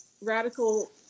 radical